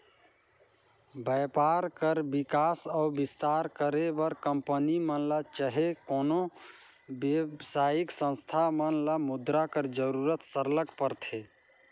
बयपार कर बिकास अउ बिस्तार करे बर कंपनी मन ल चहे कोनो बेवसायिक संस्था मन ल मुद्रा कर जरूरत सरलग परथे